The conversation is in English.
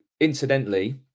incidentally